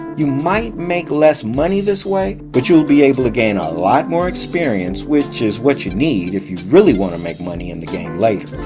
you might make less money this way, but you'll be able to gain a lot more experience which is what you need if you really wanna make money in the game later.